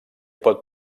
pot